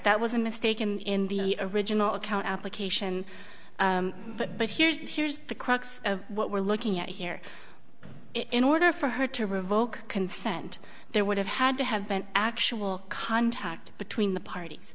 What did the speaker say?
that was a mistake in the original account application but but here's here's the crux of what we're looking at here in order for her to revoke consent there would have had to have been actual contact between the parties